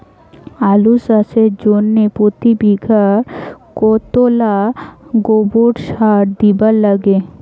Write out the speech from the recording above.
আলু চাষের জইন্যে প্রতি বিঘায় কতোলা গোবর সার দিবার লাগে?